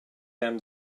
them